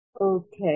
Okay